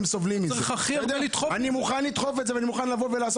כמה שנים לוקח לטפל בהם?